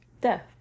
death